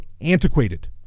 antiquated